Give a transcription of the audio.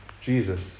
Jesus